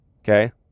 Okay